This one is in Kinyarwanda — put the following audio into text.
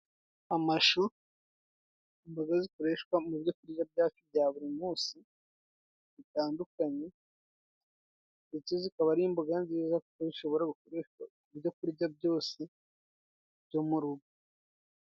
Amashu : imboga zikoreshwa mu byo kurya byacu bya buri munsi bitandukanye, ndetse zikaba ari imboga nziza kuko zishobora gukoreshwa mu byo kurya byose byo mu rugo.